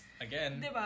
Again